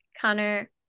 Connor